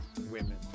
women